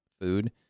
food